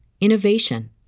innovation